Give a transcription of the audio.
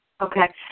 Okay